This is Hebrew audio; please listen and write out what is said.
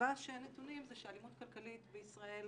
הסיבה שאין נתונים זה שאלימות כלכלית בישראל